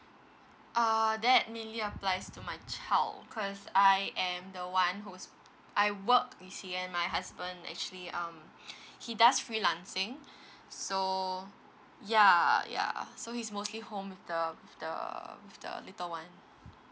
err that mainly applies to my child cause I am the one who's I work you see and my husband actually um he does freelancing so ya ya so he's mostly home with the with the with the little one